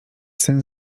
sen